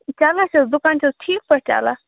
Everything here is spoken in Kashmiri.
کٔمِس حظ دُکان چھِ حظ ٹھیٖک پٲٹھۍ چلان